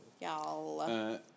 Y'all